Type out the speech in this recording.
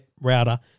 router